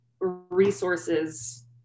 resources